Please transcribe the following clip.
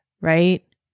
Right